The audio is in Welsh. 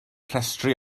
llestri